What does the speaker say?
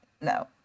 no